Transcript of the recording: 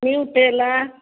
Nutella